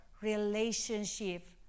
relationship